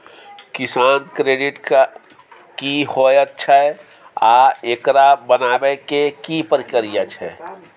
किसान credit card की होयत छै आ एकरा बनाबै के की प्रक्रिया छै?